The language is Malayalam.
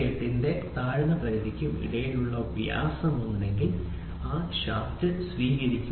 98 ന്റെ താഴ്ന്ന പരിധിക്കും ഇടയിലുള്ള വ്യാസം ഉണ്ടെങ്കിൽ ഷാഫ്റ്റ് സ്വീകരിക്കും